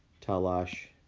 talas,